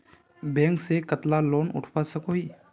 Bank से कतला loan उठवा सकोही?